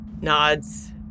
nods